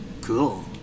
cool